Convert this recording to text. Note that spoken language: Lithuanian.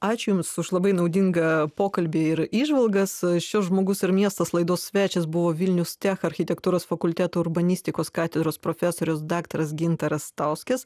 ačiū jums už labai naudingą pokalbį ir įžvalgas šios žmogus ir miestas laidos svečias buvo vilnius tech architektūros fakulteto urbanistikos katedros profesorius daktaras gintaras stauskis